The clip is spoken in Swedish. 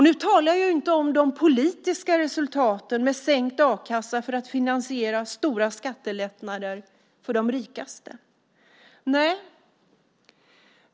Nu talar jag inte om de politiska resultaten med sänkt a-kassa för att finansiera stora skattelättnader för de rikaste.